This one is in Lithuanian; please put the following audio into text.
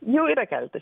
jau yra keletas